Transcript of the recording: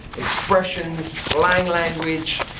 expressions, slang language.